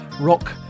rock